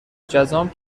جذام